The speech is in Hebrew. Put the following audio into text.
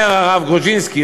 אומר הרב גרודזנסקי,